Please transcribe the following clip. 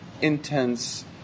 intense